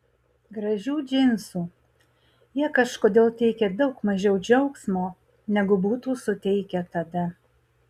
gražių džinsų jie kažkodėl teikia daug mažiau džiaugsmo negu būtų suteikę tada